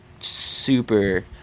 super